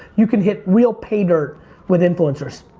you can hit real pay dirt with influencers.